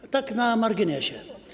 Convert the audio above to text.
To tak na marginesie.